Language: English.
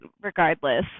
regardless